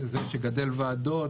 זה שגדלות הוועדות,